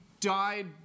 died